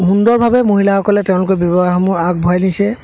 সুন্দৰভাৱে মহিলাসকলে তেওঁলোকৰ ব্যৱসায়সমূহ আগবঢ়াই দিছে